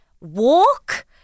walk